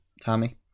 Tommy